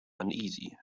uneasy